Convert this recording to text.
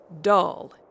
dull